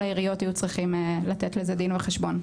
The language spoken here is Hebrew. העיריות יהיו צריכים לתת לזה דין וחשבון.